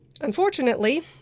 Unfortunately